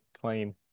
clean